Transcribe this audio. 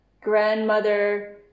grandmother